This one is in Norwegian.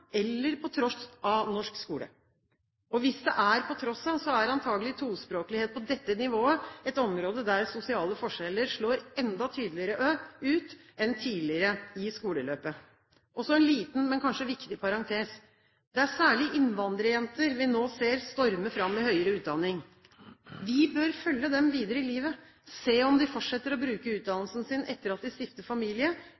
eller på tross av norsk skole. Hvis det er på tross av, er antakelig tospråklighet på dette nivået et område der sosiale forskjeller slår enda tydeligere ut enn tidligere i skoleløpet. Så en liten, men kanskje viktig parentes: Det er særlig innvandrerjenter vi nå ser storme fram i høyere utdanning. Vi bør følge dem videre i livet, se om de fortsetter å bruke